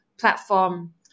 platform